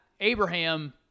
Abraham